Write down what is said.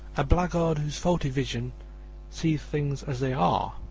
a blackguard whose faulty vision sees things as they are,